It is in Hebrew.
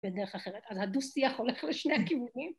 בדרך אחרת. אז הדו-שיח הולך לשני הכיוונים.